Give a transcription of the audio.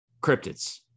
cryptids